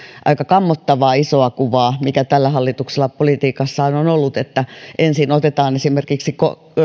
aika kammottavaa isoa kuvaa mikä tällä hallituksella politiikassaan on ollut että ensin otetaan esimerkiksi